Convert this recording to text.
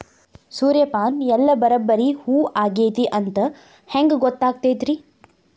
ಸೂರ್ಯಪಾನ ಎಲ್ಲ ಬರಬ್ಬರಿ ಹೂ ಆಗೈತಿ ಅಂತ ಹೆಂಗ್ ಗೊತ್ತಾಗತೈತ್ರಿ?